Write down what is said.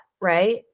right